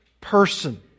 person